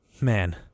Man